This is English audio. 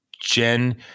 Jen